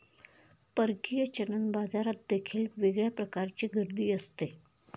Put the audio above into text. परकीय चलन बाजारात देखील वेगळ्या प्रकारची गर्दी असते